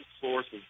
sources